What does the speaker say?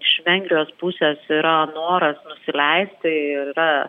iš vengrijos pusės yra noras nusileisti yra